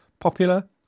popular